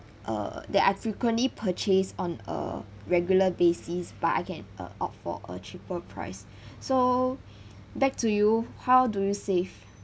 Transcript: uh that I frequently purchase on a regular basis but I can uh opt for a cheaper price so back to you how do you save